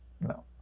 no